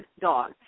dog